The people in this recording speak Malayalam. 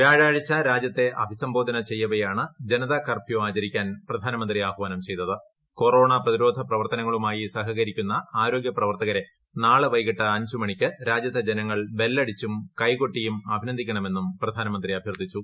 വ്യാഴാഴ്ച രാജ്യത്തെ അഭിസംബോധന ചെയ്യവേയാണ് ജ്റ്റ്ത്യ കർഫ്യൂ ആചരിക്കാൻ പ്രധാനമന്ത്രി ആഹ്വാനം ചെയ്തുതിൽ ് കൊറോണ പ്രതിരോധ പ്രവർത്തനങ്ങളുമായി സഹക്കരിക്കുന്ന ആരോഗ്യ പ്രവർത്തകരെ നാളെ വൈകിട്ട് അഞ്ച് പ്രമണിയ്ക്ക് രാജ്യത്തെ ജനങ്ങൾ ബെല്ലടിച്ചും കൈകൊട്ടീയും അഭിനന്ദിക്കണമെന്നും പ്രധാനമന്ത്രി അഭ്യർത്ഥിച്ചു